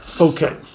Okay